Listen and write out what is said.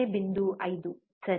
5 ಸರಿ